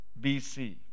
BC